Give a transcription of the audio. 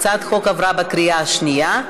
הצעת החוק עברה בקריאה שנייה.